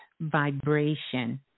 vibration